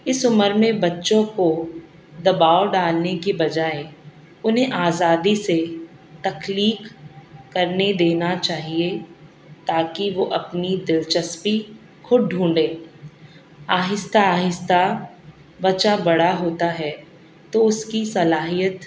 اس عمر میں بچوں کو دباؤ ڈالنے کی بجائے انہیں آزادی سے تخلیق کرنے دینا چاہیے تاکہ وہ اپنی دلچسپی خود ڈھونڈیں آہستہ آہستہ بچہ بڑا ہوتا ہے تو اس کی صلاحیت